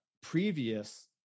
previous